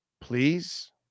please